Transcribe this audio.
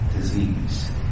disease